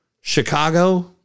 Chicago